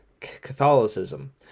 Catholicism